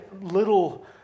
little